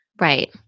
Right